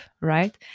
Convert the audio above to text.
right